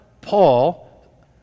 Paul